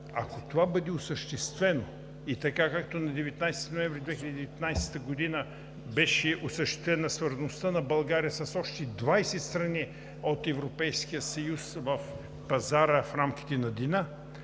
Ако това бъде осъществено и така, както на 19 ноември 2019 г. беше осъществена свързаността на България с още двадесет страни от Европейския съюз в Пазар „В рамките на деня“,